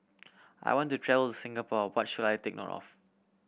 I want to travel to Singapore what should I take note of